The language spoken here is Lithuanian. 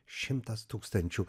šimtas tūkstančių